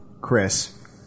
Chris